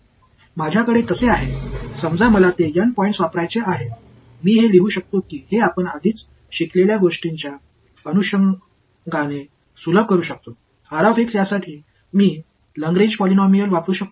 माझ्याकडे तसे आहे समजा मला ते एन पॉईंट्स वापरायचे आहेत मी हे लिहू शकतो की हे आपण आधीच शिकलेल्या गोष्टींच्या अनुषंगाने सुलभ करू शकतो यासाठी मी लग्रेंज पॉलिनॉमियल वापरू शकतो